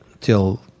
till